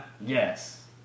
yes